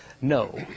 No